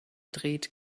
dreht